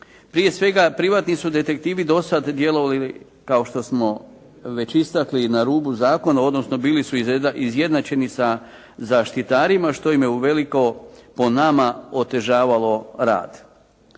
prije svega privatni su detektivi do sada djelovali kao što smo istakli na rubu zakona, odnosno bili su izjednačeni sa zaštitarima što ima je u veliko po nama otežavalo rad.